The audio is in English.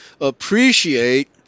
appreciate